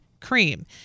cream